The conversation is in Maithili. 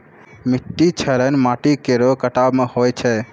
मिट्टी क्षरण माटी केरो कटाव सें होय छै